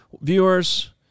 viewers